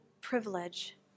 privilege